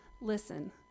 listen